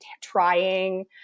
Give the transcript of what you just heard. trying